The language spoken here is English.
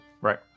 Right